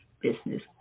business